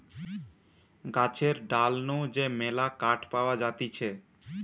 গাছের ডাল নু যে মেলা কাঠ পাওয়া যাতিছে